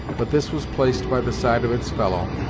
but this was placed by the side of its fellow,